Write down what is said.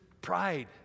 pride